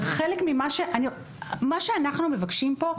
מה שאנחנו מבקשים פה.